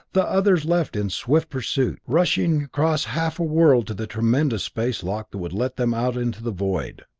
the others leaped in swift pursuit, rushing across half a world to the tremendous space lock that would let them out into the void.